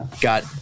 got